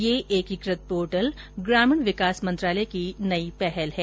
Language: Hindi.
यह एकीकृत पोर्टल ग्रामीण विकास मंत्रालय की एक नई पहल है